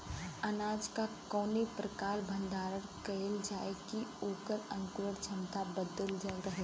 अनाज क कवने प्रकार भण्डारण कइल जाय कि वोकर अंकुरण क्षमता बनल रहे?